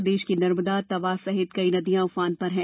प्रदेश की नर्मदा तवा सहित कई नदियां उफान पर हैं